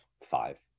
five